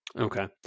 Okay